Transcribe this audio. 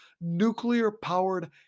nuclear-powered